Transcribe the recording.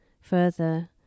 further